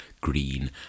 green